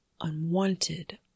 unwanted